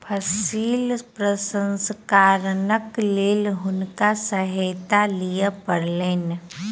फसिल प्रसंस्करणक लेल हुनका सहायता लिअ पड़लैन